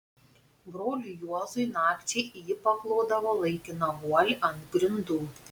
broliui juozui nakčiai ji paklodavo laikiną guolį ant grindų